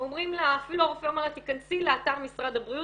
אפילו הרופא אומר לה תיכנסי לאתר משרד הבריאות.